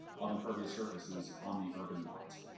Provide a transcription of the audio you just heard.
of impervious surfaces on the urban lot.